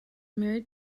married